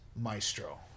Maestro